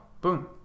Boom